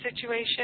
situation